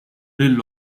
lill